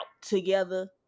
together